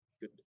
good